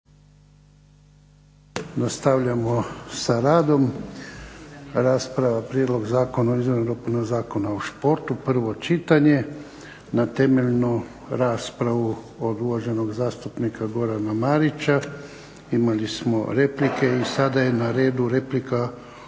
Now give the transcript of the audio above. Nastavljamo sa radom. Rasprava Prijedlog zakona o izmjenama i dopunama Zakona o športu, prvo čitanje. Na temeljnu raspravu od uvaženog zastupnika Gorana Marića imali smo replike. Sada je na redu replika